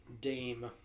dame